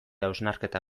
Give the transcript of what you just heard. hausnarketa